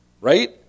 Right